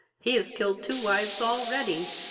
he has killed two wives already,